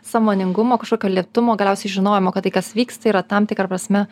sąmoningumo kažkokio lėtumo galiausiai žinojimo kad tai kas vyksta yra tam tikra prasme